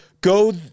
go